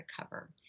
cover